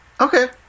Okay